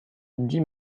dix